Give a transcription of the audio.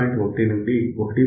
1 నుండి 1